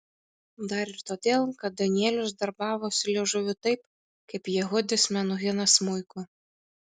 dar ir todėl kad danielius darbavosi liežuviu taip kaip jehudis menuhinas smuiku